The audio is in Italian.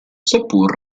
seppur